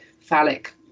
phallic